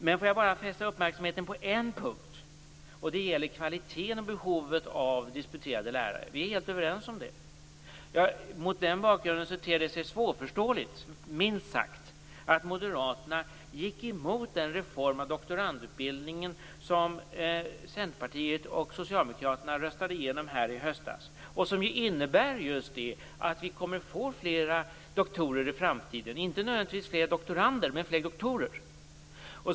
Låt mig bara fästa uppmärksamheten på en punkt. Det gäller kvaliteten och behovet av disputerade lärare. Vi är helt överens om det. Mot den bakgrunden ter det sig svårförståeligt, minst sagt, att moderaterna gick emot den reform av doktorandutbildningen som Centerpartiet och Socialdemokraterna röstade igenom i höstas och som just innebär att vi kommer att få fler doktorer i framtiden. Vi kommer inte nödvändigtvis att få fler doktorander, men fler doktorer.